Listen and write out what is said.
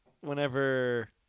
whenever